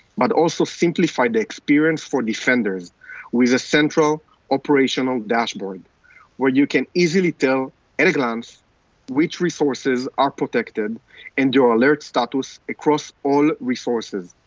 but also simplify the experience for defenders with a central operational dashboard where you can easily tell any glance which resources are protected and do ah alert status across all resources.